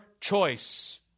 choice